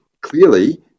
clearly